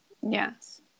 Yes